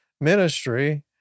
ministry